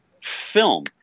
film